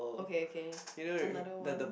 okay okay another one